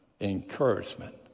Encouragement